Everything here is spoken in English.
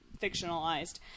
fictionalized